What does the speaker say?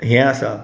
हें आसा